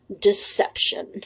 deception